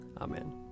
Amen